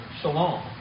shalom